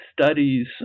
studies